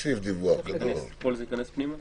כל זה ייכנס פנימה?